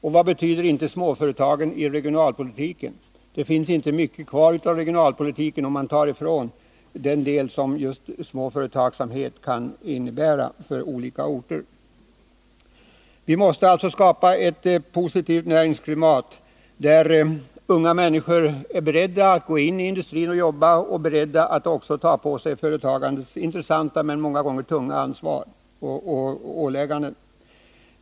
Och vad betyder inte småföretagen i regionalpolitiken? Det finns inte mycket kvar av denna om man tar bort den del som just småföretagsamheten står för på olika orter. Vi måste alltså skapa ett positivt näringsklimat, där unga människor är beredda att gå in och jobba i industrin och att ta på sig företagandets intressanta men många gånger tunga ansvar och ålägganden.